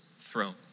throne